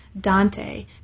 Dante